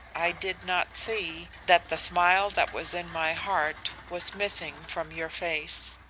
i did not see that the smile that was in my heart, was missing from your face.